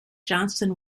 johnston